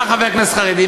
בא חבר כנסת חרדי,